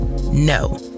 No